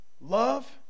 love